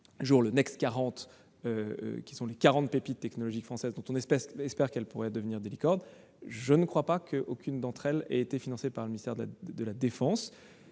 le Next 40, c'est-à-dire les 40 pépites technologiques françaises dont on espère qu'elles pourraient devenir des licornes. Je ne crois pas qu'une seule d'entre elles ait été financée par le ministère de la défense.